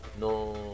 no